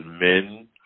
men